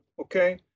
okay